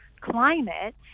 climate